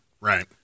Right